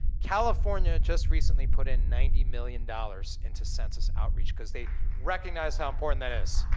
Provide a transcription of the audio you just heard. california just recently put in ninety million dollars into census outreach because they recognize how important that is.